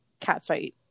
catfight